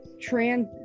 trans